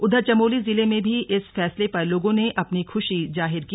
उधर चमोली जिले में भी इस फैसले पर लोगों ने अपनी खुशी जाहिर की